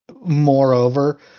moreover